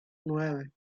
nueve